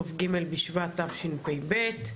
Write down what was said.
כ"ג בשבט תשפ"ב.